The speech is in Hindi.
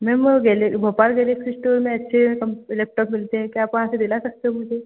मैम वो भोपाल गेलेक्सी इस्टोर में अच्छे लेपटॉप मिलते हैं क्या आप वहाँ से दिला सकते हो मुझे